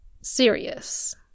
serious